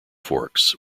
forks